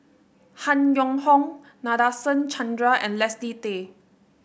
Han Yong Hong Nadasen Chandra and Leslie Tay